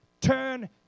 turn